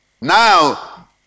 Now